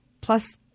Plus